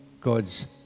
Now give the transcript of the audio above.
God's